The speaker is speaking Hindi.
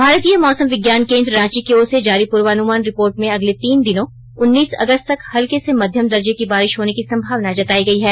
भारतीय मौसम विज्ञान केंद्र रांची की ओर से जारी पूर्वानुमान रिपोर्ट में अगले तीन दिनों उन्नीस अगस्त तक हल्के से मध्यम दर्जे की बारिश होने की संभावना जताई गई है